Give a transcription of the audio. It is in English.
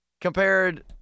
compared